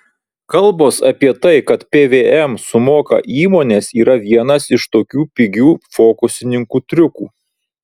kalbos apie tai kad pvm sumoka įmonės yra vienas iš tokių pigių fokusininkų triukų